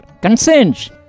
Concerns